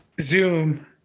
Zoom